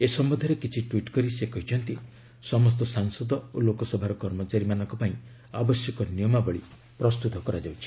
ଏ ସମ୍ଭନ୍ଧରେ କିଛି ଟ୍ୱିଟ୍ କରି ସେ କହିଛନ୍ତି ସମସ୍ତ ସାଂସଦ ଓ ଲୋକସଭାର କର୍ମଚାରୀମାନଙ୍କ ପାଇଁ ଆବଶ୍ୟକ ନିୟମାବଳୀ ପ୍ରସ୍ତୁତ କରାଯାଉଛି